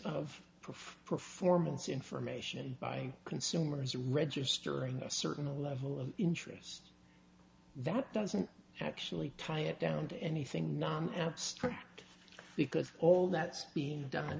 of performance information by consumers registering a certain level of interest that doesn't actually tie it down to anything not abstract because all that's being done